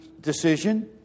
decision